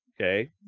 Okay